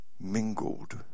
mingled